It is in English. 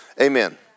Amen